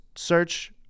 search